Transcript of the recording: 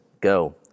go